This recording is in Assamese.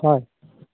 হয়